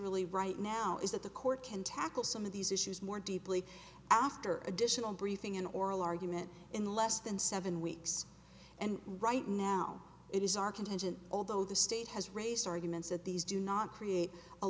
ally right now is that the court can tackle some of these issues more deeply after additional briefing in oral argument in less than seven weeks and right now it is our contention although the state has raised arguments that these do not create a